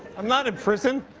i'm not in prison.